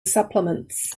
supplements